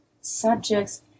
subjects